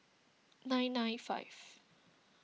nine nine five